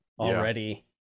already